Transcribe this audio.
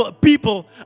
people